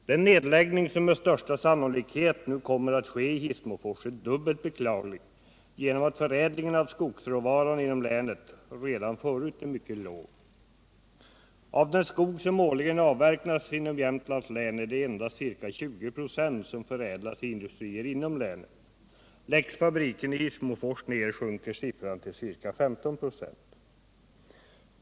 Den nedläggning som med största sannolikhet nu kommer att ske i Hissmofors är dubbelt beklaglig genom att förädlingen av skogsråvaran inom länet redan förut är mycket låg. Av den skog som årligen avverkas inom Jämtlands län är det endast ca 20 26 som förädlas i industrier inom länet. Läggs fabriken i Hissmofors ned sjunker siffran till ca 15 96.